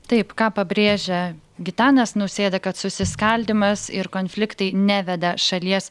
taip ką pabrėžia gitanas nausėda kad susiskaldymas ir konfliktai neveda šalies